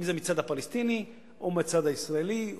אם זה מהצד הפלסטיני או מהצד הישראלי,